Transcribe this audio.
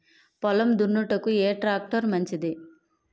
పొలం దున్నుటకు ఏ ట్రాక్టర్ మంచిది?